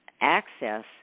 access